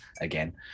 again